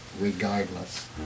regardless